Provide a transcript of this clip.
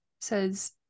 says